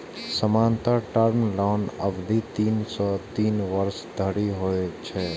सामान्यतः टर्म लोनक अवधि तीन सं तीन वर्ष धरि होइ छै